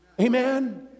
Amen